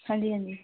ਹਾਂਜੀ ਹਾਂਜੀ